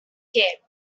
came